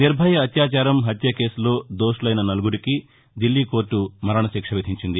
నిర్బయ అత్యాచారం హత్య కేసులో దోషులైన నలుగురికి దిల్లీ కోర్టు మరణశిక్ష విధించింది